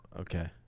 Okay